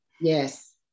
yes